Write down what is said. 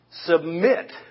submit